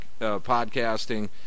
podcasting